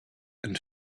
and